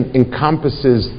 encompasses